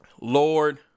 lord